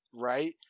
right